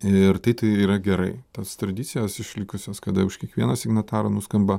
ir tai tai yra gerai tos tradicijos išlikusios kada už kiekvieną signatarą nuskamba